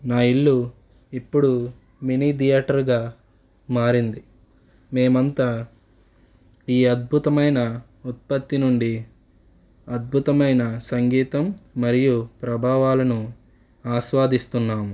నా ఇల్లు ఇప్పుడు మినీ థియేటర్గా మారింది మేమంతా ఈ అద్భుతమైన ఉత్పత్తి నుండి అద్భుతమైన సంగీతం మరియు ప్రభావాలను ఆస్వాదిస్తున్నాము